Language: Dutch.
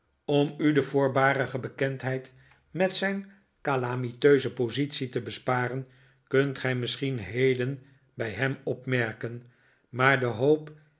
om u de voorbarige bekendheid met zijn calamiteuse positie te besparen kunt gij misschien heden bij hem opmerken maar de hoop